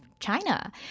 china